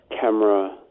camera